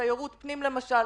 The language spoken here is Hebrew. אפשר למשל